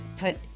put